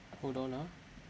hold on ah